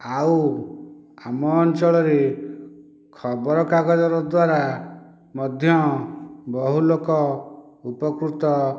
ଆଉ ଆମ ଅଞ୍ଚଳରେ ଖବର କାଗଜର ଦ୍ୱାରା ମଧ୍ୟ ବହୁଲୋକ ଉପକୃତ